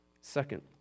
Second